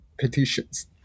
petitions